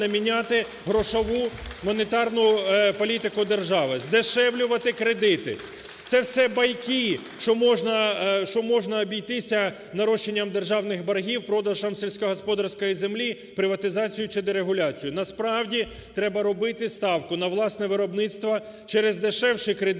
міняти грошову монетарну політику держави, здешевлювати кредити. Це все байки, що можна обійтися нарощенням державних боргів, продажем сільськогосподарської землі, приватизацією чи дерегуляцією. Насправді треба робити ставку на власне виробництво через дешевші кредити,